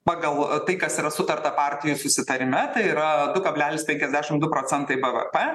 pagal tai kas yra sutarta partijų susitarime tai yra du kablelis penkiasdešim du procentai bvp